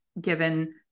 given